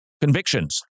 convictions